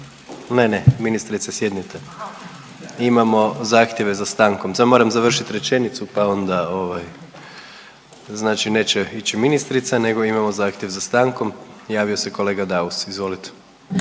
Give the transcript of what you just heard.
ne, ne. Ministrice sjednite. Imamo zahtjeve za stankom. Samo moram završiti rečenicu, pa onda, znači neće ići ministrica nego imamo zahtjev za stankom. Javio se kolega Daus, izvolite.